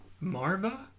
Marva